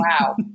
Wow